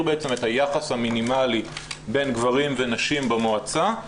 בעצם את היחס המינימלי בין גברים ונשים במועצה,